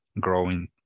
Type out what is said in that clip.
growing